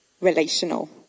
relational